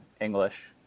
English